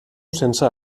sense